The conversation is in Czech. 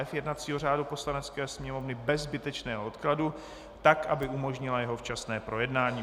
f) jednacího řádu Poslanecké sněmovny bez zbytečného odkladu, tak aby umožnila jeho včasné projednání.